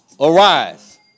Arise